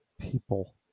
people